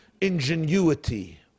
ingenuity